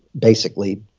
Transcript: basically,